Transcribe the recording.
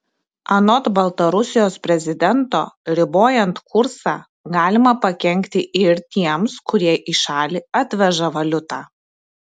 anot baltarusijos prezidento ribojant kursą galima pakenkti ir tiems kurie į šalį atveža valiutą